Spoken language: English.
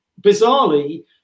bizarrely